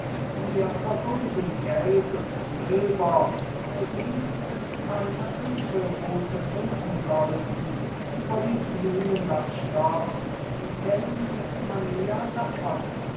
wir vergrüben geld und silber wo sie's mit keiner wünschelrute finden sollten überließen ihnen das schloß und kämen mit manier davon